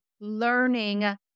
learning